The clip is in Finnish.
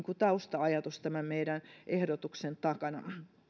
tausta ajatus tämän meidän ehdotuksemme takana